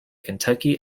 kentucky